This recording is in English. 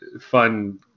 fun